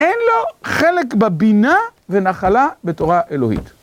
אין לו חלק בבינה ונחלה בתורה אלוהית.